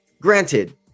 Granted